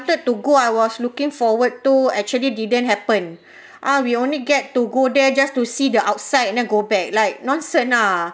to go I was looking forward to actually didn't happen ah we only get to go there just to see the outside and then go back like nonsense ah